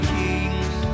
kings